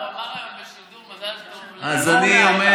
הוא אמר היום בשידור, מזל, אז אני אומר